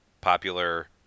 popular